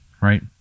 right